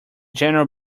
general